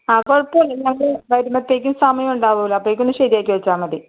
ആ കുഴപ്പമില്ല ഞങ്ങള് വരുമ്പത്തേക്കും സമയമുണ്ടാകുമല്ലൊ അപ്പോഴേക്കും ഒന്ന് ശരിയാക്കി വെച്ചാൽ മതി